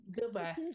goodbye